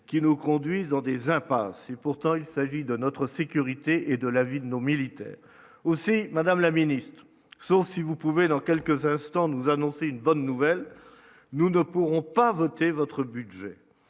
qui nous conduisent dans des impasses et pourtant il s'agit de notre sécurité et de la vie de nos militaires aussi, Madame la Ministre, sauf si vous pouvez, dans quelques instants nous annoncer une bonne nouvelle, nous ne pourrons pas voter votre budget,